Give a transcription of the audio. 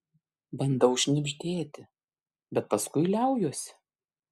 bandau šnibždėti bet paskui liaujuosi